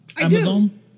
Amazon